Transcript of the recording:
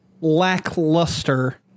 lackluster